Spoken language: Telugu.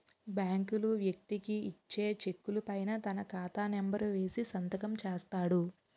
బ్యాంకులు వ్యక్తికి ఇచ్చే చెక్కుల పైన తన ఖాతా నెంబర్ వేసి సంతకం చేస్తాడు